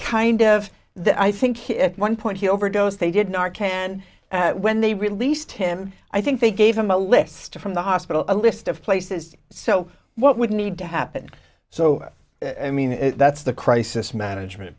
kind of that i think he at one point he overdosed they did not can when they released him i think they gave him a list from the hospital a list of places so what would need to happen so i mean that's the crisis management